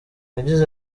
yagize